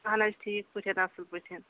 اہن حظ ٹھیک پٲٹھۍ اصٕل پٲٹھۍ